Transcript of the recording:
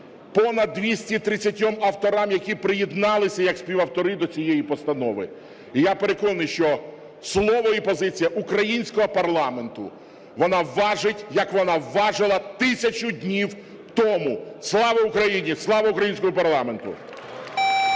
понад 230 авторам, які приєдналися як співавтори до цієї постанови. І я переконаний, що слово і позиція українського парламенту, вона важить, як вона важила 1000 днів тому. Слава Україні! Слава українському парламенту!